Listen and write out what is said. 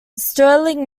stirling